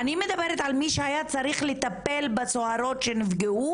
אני מדברת על מי שהיה צריך לטפל בסוהרות שנפגעו